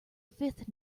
fifth